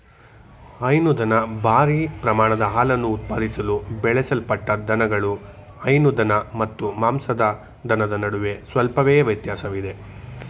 ಹೈನುದನ ಭಾರೀ ಪ್ರಮಾಣದ ಹಾಲನ್ನು ಉತ್ಪಾದಿಸಲು ಬೆಳೆಸಲ್ಪಟ್ಟ ದನಗಳು ಹೈನು ದನ ಮತ್ತು ಮಾಂಸದ ದನದ ನಡುವೆ ಸ್ವಲ್ಪವೇ ವ್ಯತ್ಯಾಸವಿದೆ